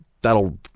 That'll